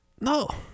No